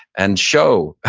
and show,